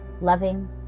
loving